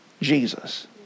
Jesus